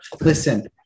Listen